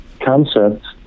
concept